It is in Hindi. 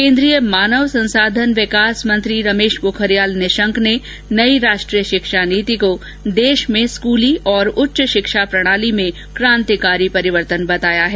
केन्द्रीय मानव संसाधन विकास मंत्री रमेश पोखरियाल निशंक ने नई राष्ट्रीय शिक्षा नीति को देश में स्कूली और उच्च शिक्षा प्रणाली में क्रांतिकारी परिवर्तन बताया है